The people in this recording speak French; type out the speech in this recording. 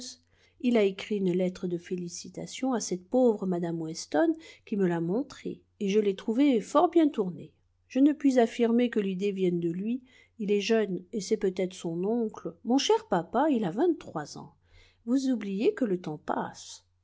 il a écrit une lettre de félicitations à cette pauvre mme weston qui me l'a montrée et je l'ai trouvée fort bien tournée je ne puis affirmer que l'idée vienne de lui il est jeune et c'est peut-être son oncle mon cher papa il a vingt-trois ans vous oubliez que le temps passe